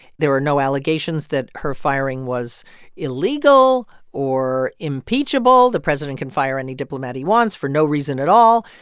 there are no allegations that her firing was illegal or impeachable. the president can fire any diplomat he wants for no reason at all.